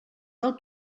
del